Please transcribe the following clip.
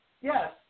Yes